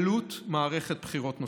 עלות מערכת בחירות נוספת.